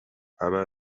همه